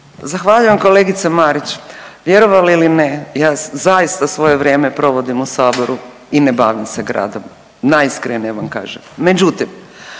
Zahvaljujem kolegice Marić. Vjerovali ili ne, ja zaista svoje vrijeme provodim u saboru i ne bavim se gradom, najiskrenije vam kažem.